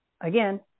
Again